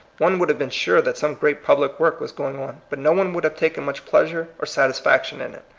one would have been sure that some great public work was going on, but no one would have taken much pleasure or satisfaction in it.